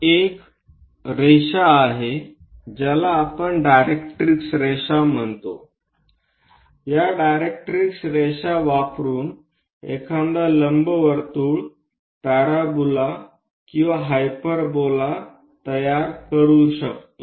एक रेषा आहे ज्याला आपण डायरेक्ट्रिक्स रेषा म्हणतो या डायरेक्ट्रिक्स रेषा वापरून एखादा लंबवर्तुळ पॅराबोला किंवा हाइपरबोला तयार करू शकतो